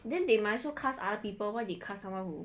then they might as well cast other people why they cast someone who